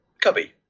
cubby